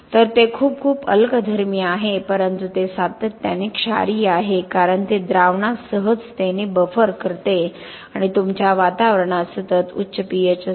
तर ते खूप खूप अल्कधर्मी आहे परंतु ते सातत्याने क्षारीय आहे कारण ते द्रावणास सहजतेने बफर करते आणि तुमच्या वातावरणात सतत उच्च pH असते